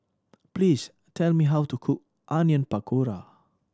please tell me how to cook Onion Pakora